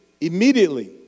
Immediately